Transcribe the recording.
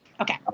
okay